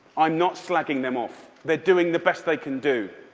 i'm not slagging them off. they're doing the best they can do.